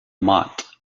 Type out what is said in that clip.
mott